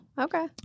okay